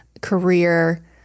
career